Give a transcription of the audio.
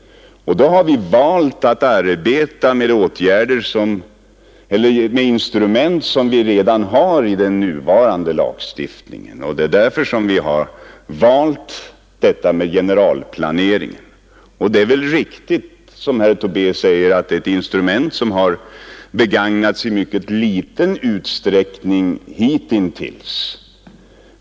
Då har man i promemorian valt att arbeta med instrument som vi redan har i den nuvarande lagstiftningen. Det är därför man har föredragit detta med generalplanering. Det är väl riktigt, som herr Tobé påstår, att det är ett instrument som har begagnats i mycket liten utsträckning hitintills.